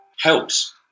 helps